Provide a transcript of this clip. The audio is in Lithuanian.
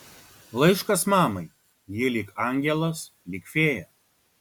laiškas mamai ji lyg angelas lyg fėja